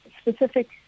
specific